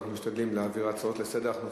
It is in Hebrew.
להעביר הצעות לסדר-היום.